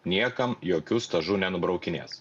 niekam jokių stažų nenubraukinės